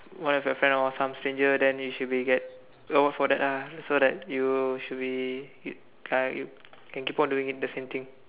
one of your friend or some stranger then you should be get award for that ah so that you should be you uh you can keep on doing the same thing